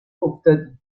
افتادیم